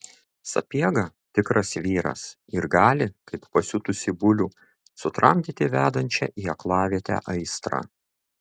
sapiega tikras vyras ir gali kaip pasiutusį bulių sutramdyti vedančią į aklavietę aistrą